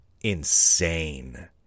Insane